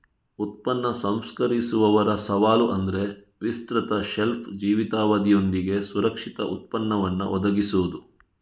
ಉತ್ಪನ್ನ ಸಂಸ್ಕರಿಸುವವರ ಸವಾಲು ಅಂದ್ರೆ ವಿಸ್ತೃತ ಶೆಲ್ಫ್ ಜೀವಿತಾವಧಿಯೊಂದಿಗೆ ಸುರಕ್ಷಿತ ಉತ್ಪನ್ನವನ್ನ ಒದಗಿಸುದು